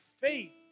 faith